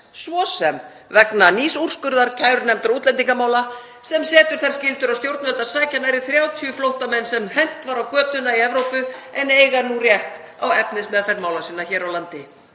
svo sem vegna nýs úrskurðar kærunefndar útlendingamála sem setur þær skyldur á stjórnvöld að sækja nærri 30 flóttamenn, sem hent var á götuna í Evrópu, en eiga rétt á efnismeðferð mála sinna hér á landi.